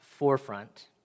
forefront